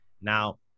Now